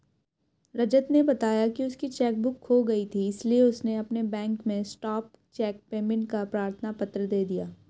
रजत ने बताया की उसकी चेक बुक खो गयी थी इसीलिए उसने अपने बैंक में स्टॉप चेक पेमेंट का प्रार्थना पत्र दे दिया